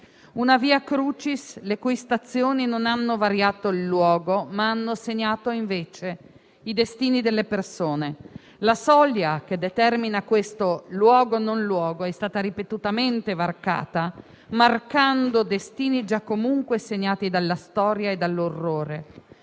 una *via crucis*, le cui stazioni non hanno variato il luogo, ma hanno segnato i destini delle persone. La soglia che determina questo luogo-non luogo è stata ripetutamente varcata, marcando destini già comunque segnati dalla storia e dall'orrore.